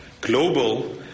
global